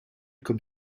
comme